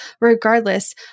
regardless